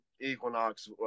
Equinox